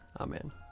Amen